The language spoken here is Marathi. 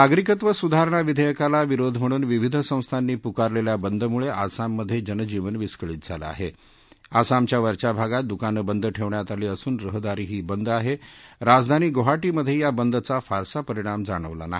नागरिकत्व सुधारणा विधस्काला विरोध म्हणून विविध संस्थानी पुकारलख्वा बंदमुळ आसाममध जनजीवन विस्कळीत झालं आह आसामच्या वरच्या भागात दुकानं बंद ठ ण्यात आली असून रहदारीही बंद आह आजधानी गोहाटीमध झि बंदचा फारसा परिणाम जाणवला नाही